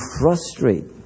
frustrate